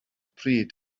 pryd